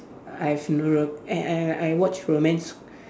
I have no I I I watch romance